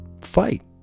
fight